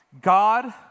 God